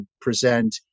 present